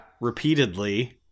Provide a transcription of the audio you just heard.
Repeatedly